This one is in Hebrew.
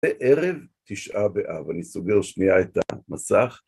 בערב תשעה באב אני סוגר שנייה את המסך.